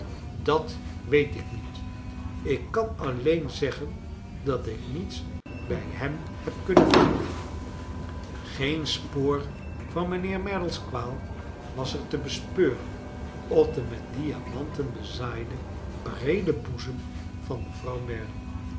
dat weet ik aiet ik kaa alleea zeggea dat ik niets bij hem heb kunnea vinden geea spoor van mijnheer merdle'a kwaal was er te bespeuren op den met diamaaten bezaaiden breeden boezem van mevrouw merdle